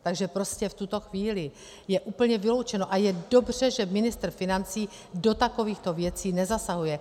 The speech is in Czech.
Takže prostě v tuto chvíli je úplně vyloučeno a je dobře, že ministr financí do takovýchto věcí nezasahuje.